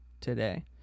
today